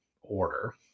order